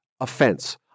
offense